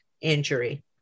injury